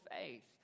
faith